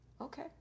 Okay